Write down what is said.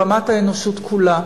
ברמת האנושות כולה.